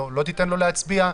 לא תיתן לו להצביע?